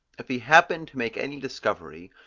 if he happened to make any discovery,